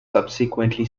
subsequently